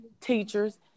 teachers